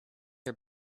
are